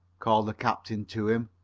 called the captain to him.